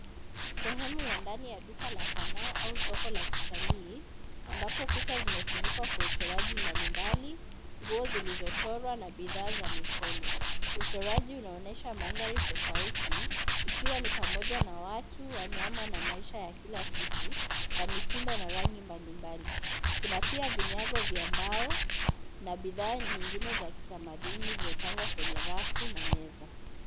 Sehemu ya ndani ya duka la sanaa au soko la kitalii, ambapo kuta zimefunikwa kwa uchoraji mbalimbali, nguo zilizochorwa na bidhaa za mikono. Uchoraji unaonyesha mandhari tofauti, ikiwa ni pamoja na watu, wanyama na maisha ya kila siku, kwa mitindo na rangi mbalimbali. Kuna pia vinyago vya mbao na bidhaa nyingine za kitamaduni zimepangwa kwenye rafu na meza.